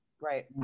right